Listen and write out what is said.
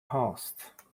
هاست